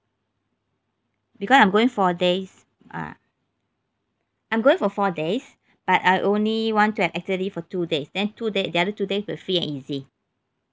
because I'm going four days ah I'm going for four days but I only want to have activity for two days then two days the other two days with free and easy